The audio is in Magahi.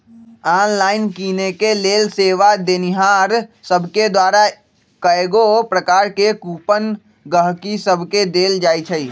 ऑनलाइन किनेके लेल सेवा देनिहार सभके द्वारा कएगो प्रकार के कूपन गहकि सभके देल जाइ छइ